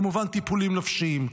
כמובן טיפולים נפשיים.